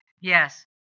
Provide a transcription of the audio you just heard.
Yes